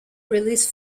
released